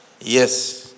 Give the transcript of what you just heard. Yes